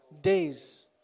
Days